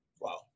Wow